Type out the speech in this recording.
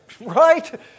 right